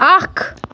اکھ